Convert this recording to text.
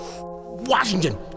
Washington